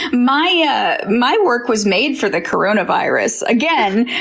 my ah my work was made for the coronavirus. again,